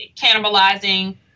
cannibalizing